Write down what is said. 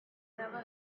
never